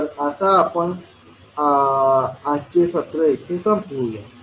तर आता आपण आजचे सत्र येथे संपवूया